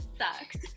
sucks